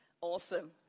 Awesome